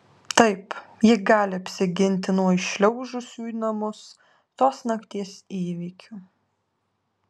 taip ji gali apsiginti nuo įšliaužusių į namus tos nakties įvykių